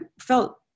felt